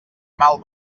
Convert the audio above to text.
mal